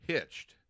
Hitched